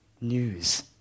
news